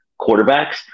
quarterbacks